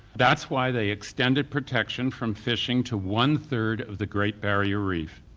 that's why they extended protection from fishing to one-third of the great barrier reef.